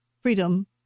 freedom